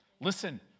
Listen